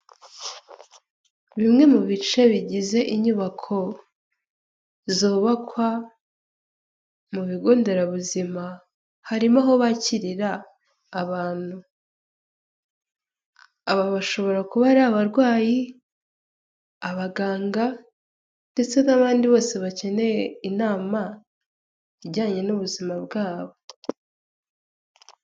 Bimwe mu bice bigize inyubako zubakwa mu bigo nderabuzima harimo aho bakirira abantu, aba bashobora ari abarwayi abaganga'abandi bose bakeneye inama ijyanye n'ubuzima bwabo.